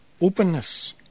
openness